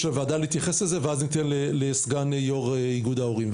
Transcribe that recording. סגן יו"ר איגוד ההורים,